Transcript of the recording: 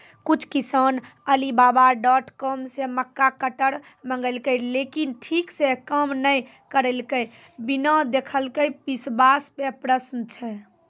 कुछ किसान Alibaba dot com से मक्का कटर मंगेलके लेकिन ठीक से काम नेय करलके, बिना देखले विश्वास पे प्रश्न छै?